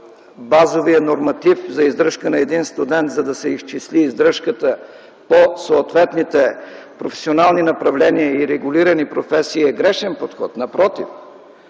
базовият норматив за издръжка на един студент, за да се изчисли издръжката по съответните професионални направления и регулирани професии, е грешен подход. Напротив,